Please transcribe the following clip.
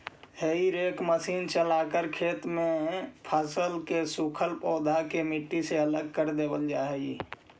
हेई rake machine चलाकर खेत में फसल के सूखल पौधा के मट्टी से अलग कर देवऽ हई